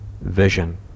vision